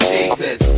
Jesus